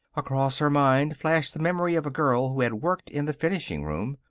across her mind flashed the memory of a girl who had worked in the finishing room.